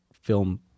film